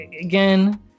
again